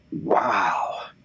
wow